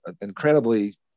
incredibly